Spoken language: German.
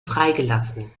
freigelassen